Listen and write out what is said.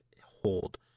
hold